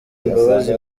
imbabazi